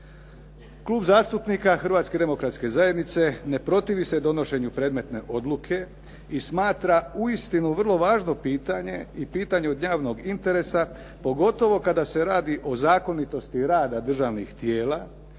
Klub zastupnika Hrvatske demokratske zajednice ne protivi se donošenju predmetne odluke i smatra uistinu vrlo važno pitanje i pitanje od javnog interesa pogotovo kada se radi o zakonitosti rada državnih tijela,